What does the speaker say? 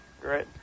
great